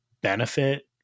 benefit